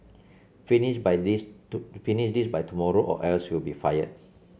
finish by this to finish this by tomorrow or else you'll be fired